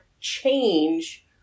change